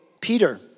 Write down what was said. Peter